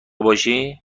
باشی